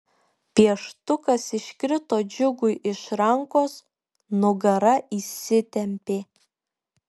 pieštukas iškrito džiugui iš rankos nugara įsitempė